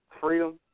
freedom